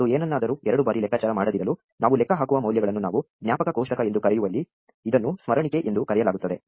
ಮತ್ತು ಏನನ್ನಾದರೂ ಎರಡು ಬಾರಿ ಲೆಕ್ಕಾಚಾರ ಮಾಡದಿರಲು ನಾವು ಲೆಕ್ಕ ಹಾಕುವ ಮೌಲ್ಯಗಳನ್ನು ನಾವು ಜ್ಞಾಪಕ ಕೋಷ್ಟಕ ಎಂದು ಕರೆಯುವಲ್ಲಿ ಇದನ್ನು ಸ್ಮರಣಿಕೆ ಎಂದು ಕರೆಯಲಾಗುತ್ತದೆ